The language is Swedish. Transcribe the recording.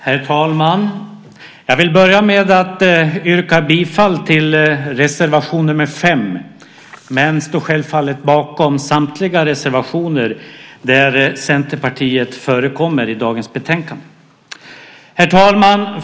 Herr talman! Jag vill börja med att yrka bifall till reservation nr 5 men står självfallet bakom samtliga reservationer där Centerpartiet förekommer i dagens betänkande. Herr talman!